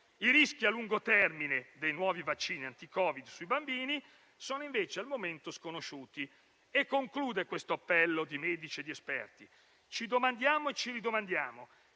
I rischi a lungo termine dei nuovi vaccini anti-Covid sui bambini sono invece al momento sconosciuti e conclude l'appello di medici e di esperti: «Ci domandiamo e ci ridomandiamo